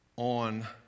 on